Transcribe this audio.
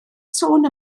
sôn